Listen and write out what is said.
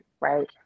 Right